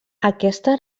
aquesta